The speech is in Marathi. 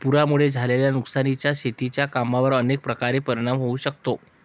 पुरामुळे झालेल्या नुकसानीचा शेतीच्या कामांवर अनेक प्रकारे परिणाम होऊ शकतो